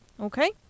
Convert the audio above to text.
Okay